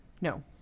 No